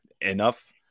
enough